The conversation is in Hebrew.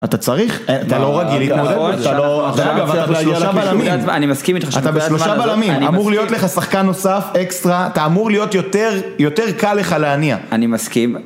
אתה צריך? אתה לא רגילי. אני לא רגיל. אתה לא... אני מסכים איתך. אתה בשלושה בלמים. אמור להיות לך שחקן נוסף, אקסטרה. אתה אמור להיות יותר קל לך להניע. אני מסכים.